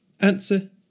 Answer